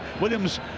Williams